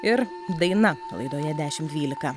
ir daina laidoje dešim dvylika